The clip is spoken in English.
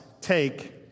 take